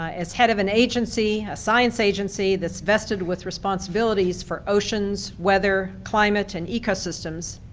as head of an agency, a science agency that's vested with responsibilities for oceans, weather, climate and ecosystems,